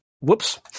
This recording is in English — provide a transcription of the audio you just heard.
Whoops